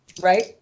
Right